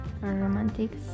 romantics